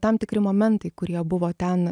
tam tikri momentai kurie buvo ten